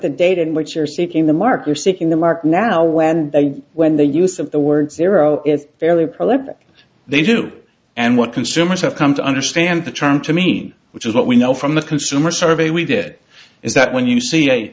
the date in which you're sitting the marker sick in the market now when they when the use of the word zero is fairly prolific they do and what consumers have come to understand the term to mean which is what we know from the consumer survey we did is that when you see a